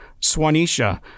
Swanisha